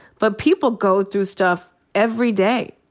but people go through stuff every day.